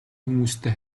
хүмүүстэй